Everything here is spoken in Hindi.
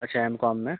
अच्छा एम कॉम में